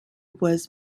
was